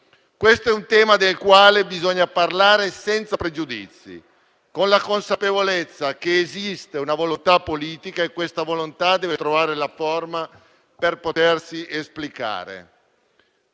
Questo è un tema del quale bisogna parlare senza pregiudizi, con la consapevolezza che esiste una volontà politica che deve trovare la forma per potersi esplicare.